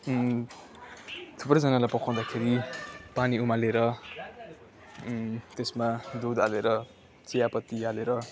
थुप्रैजनालाई पकाउँदाखेरि पानी उमालेर त्यसमा दुध हालेर चियापत्ती हालेर